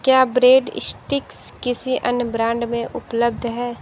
क्या bread sticks किसी अन्य ब्रांड में उपलब्ध है